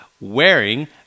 wearing